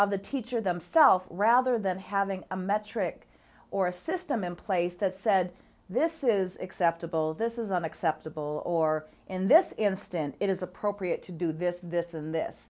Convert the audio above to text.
of the teacher themself rather than having a metric or a system in place that said this is acceptable this is an acceptable or in this instance it is appropriate to do this this and this